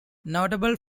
notable